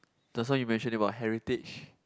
just now you mentioned about heritage